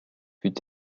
fut